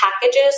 packages